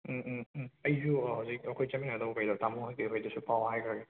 ꯎꯝ ꯎꯝ ꯎꯝ ꯑꯩꯁꯨ ꯍꯧꯖꯤꯛ ꯑꯩꯈꯣꯏ ꯆꯠꯃꯤꯟꯅꯗꯧꯒꯩꯗꯣ ꯇꯥꯃꯣꯍꯣꯏ ꯀꯩꯍꯣꯏꯗꯁꯨ ꯄꯥꯎ ꯍꯥꯏꯒ꯭ꯔꯒꯦ